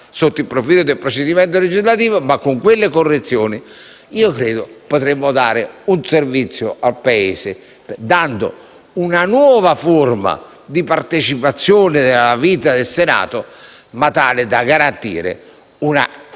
sotto il profilo del procedimento legislativo. Invece, con quelle correzioni credo che potremmo rendere un servizio al Paese, prevedendo una nuova forma di partecipazione alla vita del Senato tale da garantire un